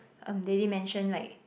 um they didn't mention like